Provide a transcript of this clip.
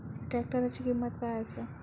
ट्रॅक्टराची किंमत काय आसा?